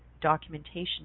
documentation